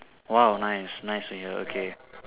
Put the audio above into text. !wow! nice nice to hear okay